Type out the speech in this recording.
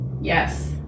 Yes